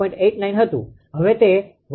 89 હતું હવે તે 1